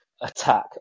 attack